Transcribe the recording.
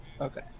Okay